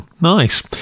Nice